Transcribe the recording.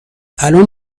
الان